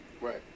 Right